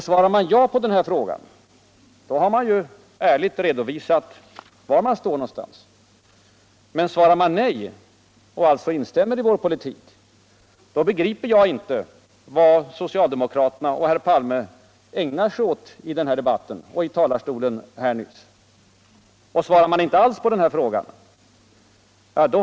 | Svarar man ja på dessa frågor, har man ärligt redovisat var man står någonstans. Men svarar man nej och alltså instämmer i vår politik, då begriper jag inte vad socialdemokraterna och herr Palme ägnar sig åt i debatten och här i talarstolen. Svarar man inte alls på dessa frågor.